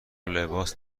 لباس